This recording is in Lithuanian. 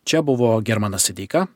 čia buvo germanas sedeika